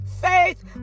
faith